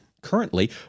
Currently